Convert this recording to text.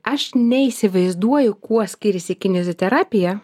aš neįsivaizduoju kuo skiriasi kineziterapija